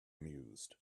mused